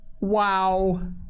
Wow